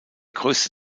größte